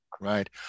Right